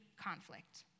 conflict